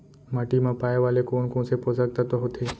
माटी मा पाए वाले कोन कोन से पोसक तत्व होथे?